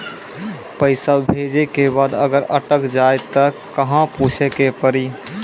पैसा भेजै के बाद अगर अटक जाए ता कहां पूछे के पड़ी?